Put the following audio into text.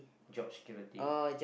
job security